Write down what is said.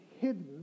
hidden